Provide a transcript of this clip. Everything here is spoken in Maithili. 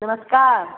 नमस्कार